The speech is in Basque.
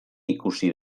ikusi